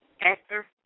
actor